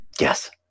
Yes